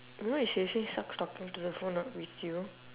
you know it seriously sucks talking to a phone but with you